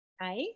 Hi